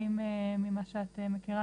האם ממה שאת מכירה,